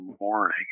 morning